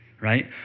right